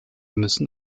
müssen